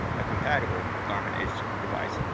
a compatible garmin edge device.